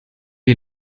wir